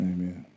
Amen